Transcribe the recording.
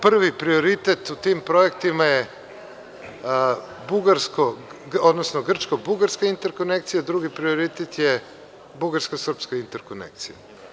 Prvi prioritet u tim projektima je Grčko – Bugarska interkonekcija, drugi prioritet je Bugarsko – Srpska interkonekcija.